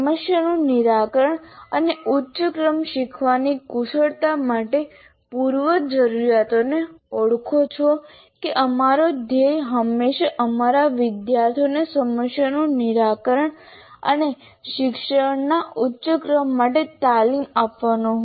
સમસ્યાનું નિરાકરણ અને ઉચ્ચ ક્રમ શીખવાની કુશળતા માટે પૂર્વ જરૂરીયાતોને ઓળખો જો કે અમારો ધ્યેય હંમેશા અમારા વિદ્યાર્થીઓને સમસ્યાનું નિરાકરણ અને શિક્ષણના ઉચ્ચ ક્રમ માટે તાલીમ આપવાનો હોય